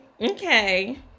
Okay